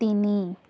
তিনি